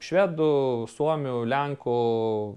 švedų suomių lenkų